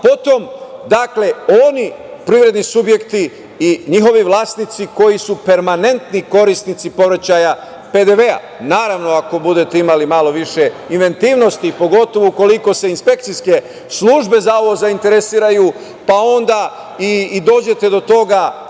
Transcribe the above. a potom oni privredni subjekti i njihovi vlasnici koji su permanentni korisnici povraćaja PDV-a. Naravno, ako budete imali malo više inventivnosti, pogotovo koliko se inspekcijske službe za ovo zainteresuju, pa onda i dođete do toga,